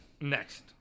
Next